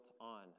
on